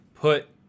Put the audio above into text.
put